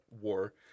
war